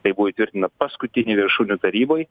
tai buvo įtvirtinta paskutinėj viršūnių taryboj